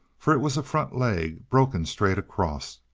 for it was a front leg, broken straight across,